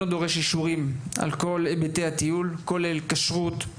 דורש אישורים על כל היבטי הטיול כולל כשרות,